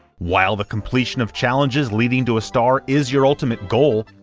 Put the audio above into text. while the completion of challenges leading to a star is your ultimate goal,